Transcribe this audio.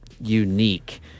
unique